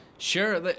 Sure